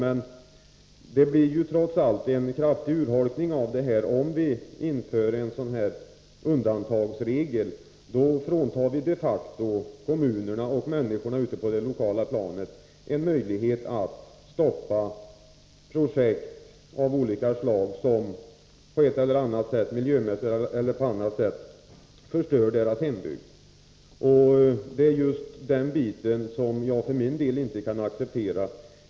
Men det blir trots allt en kraftig urholkning av detta, om vi inför en undantagsregel. Då fråntar vi de facto kommunerna och människorna ute på det lokala planet en möjlighet att stoppa projekt av olika slag som miljömässigt eller på annat sätt förstör deras hembygd. Det är just detta som jag för min del inte kan acceptera.